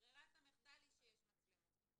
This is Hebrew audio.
ברירת המחדל היא שיש מצלמות.